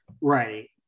Right